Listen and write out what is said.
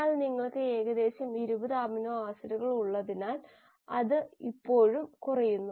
എന്നാൽ നിങ്ങൾക്ക് ഏകദേശം 20 അമിനോ ആസിഡുകൾ ഉള്ളതിനാൽ അത് ഇപ്പോഴും കുറയുന്നു